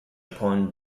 upon